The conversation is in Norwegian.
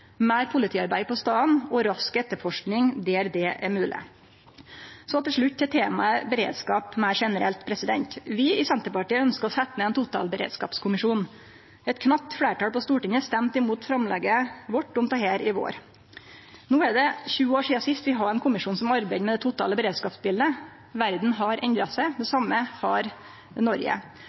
meir politiarbeid på staden og rask etterforsking der det er mogleg. Så til slutt til temaet beredskap meir generelt. Vi i Senterpartiet ønskjer å setje ned ein totalberedskapskommisjon. Eit knapt fleirtal på Stortinget stemte imot framlegget vårt om dette i vår. No er det 20 år sidan sist vi hadde ein kommisjon som arbeidde med det totale beredskapsbildet. Verda har endra seg, det same har Noreg.